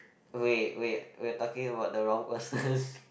wait wait we are talking about the wrong person